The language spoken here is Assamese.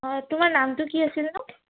হয় তোমাৰ নামটো কি আছিলনো